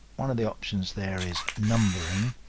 one of the options there is numbering.